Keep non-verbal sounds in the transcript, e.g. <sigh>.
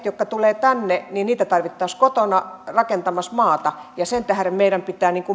<unintelligible> jotka tulevat tänne tarvittaisiin kotona rakentamassa maata ja sen tähden meidän pitää